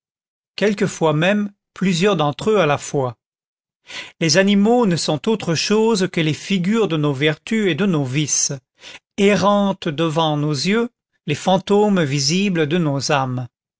quelquefois même plusieurs d'entre eux à la fois les animaux ne sont autre chose que les figures de nos vertus et de nos vices errantes devant nos yeux les fantômes visibles de nos âmes